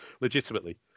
Legitimately